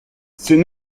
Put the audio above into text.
c’est